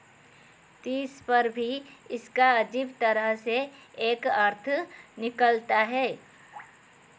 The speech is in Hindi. तीस पर भी इसका अजीब तरह से एक अर्थ निकलता है